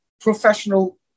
professional